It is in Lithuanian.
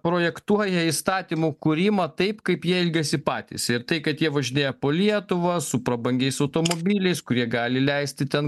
projektuoja įstatymų kūrimą taip kaip jie elgiasi patys ir tai kad jie važinėja po lietuvą su prabangiais automobiliais kurie gali leisti ten